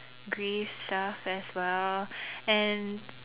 grief stuff as well and